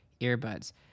Earbuds